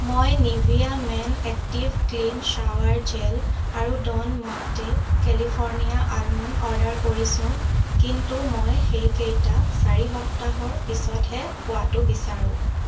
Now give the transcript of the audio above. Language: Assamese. মই Nivea men active clean shower gel আৰু Don Monte California almond order কৰিছোঁ কিন্তু মই সেইকেইটা চাৰি সপ্তাহৰ পিছতহে পোৱাটো বিচাৰোঁ